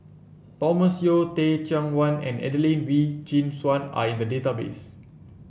Thomas Yeo Teh Cheang Wan and Adelene Wee Chin Suan are in the database